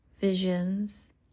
visions